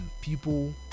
people